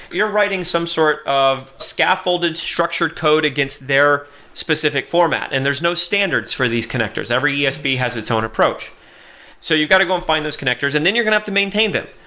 you're writing some sort of scaffolded, structured code against their specific format and there's no standards for these connectors. every esb has its own approach so you've got to go and find those connectors and then you're going to have to maintain them,